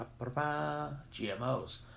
GMOs